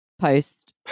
post